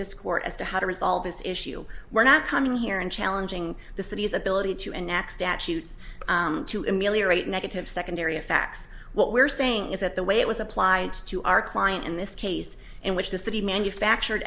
this court as to how to resolve this issue we're not coming here and challenging the city's ability to annex debt shoots to ameliorate negative secondary effects what we're saying is that the way it was applied to our client in this case in which the city manufactured